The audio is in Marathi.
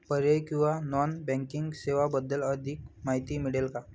पर्यायी किंवा नॉन बँकिंग सेवांबद्दल अधिक माहिती मिळेल का?